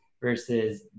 versus